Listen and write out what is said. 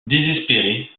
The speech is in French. désespérée